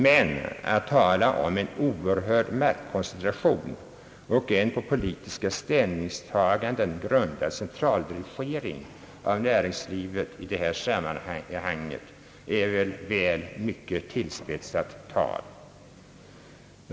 Men att tala om »en oerhörd maktkoncentration» och en på politiska ställningstaganden grundad centraldirigering av näringslivet är ett väl mycket tillspetsat tal.